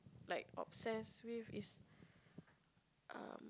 like obsessed with is um